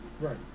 Right